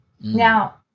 Now